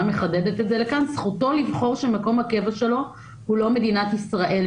מחדדת את זה זכותו לבחור שמקום הקבע שלו הוא לא מדינת ישראל.